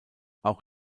auch